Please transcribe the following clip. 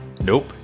Nope